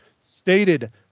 Stated